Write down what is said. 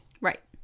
Right